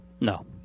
No